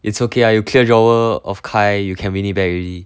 it's okay lah you clear drawer of kyle you can win it back already